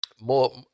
more